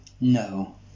No